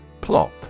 Plop